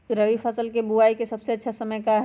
रबी फसल के बुआई के सबसे अच्छा समय का हई?